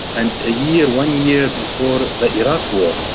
and ah yeah and one year before the iraq war.